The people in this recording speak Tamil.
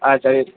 ஆ சரி